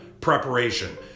preparation